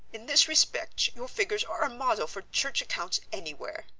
in this respect your figures are a model for church accounts anywhere.